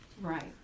Right